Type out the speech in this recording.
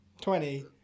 Twenty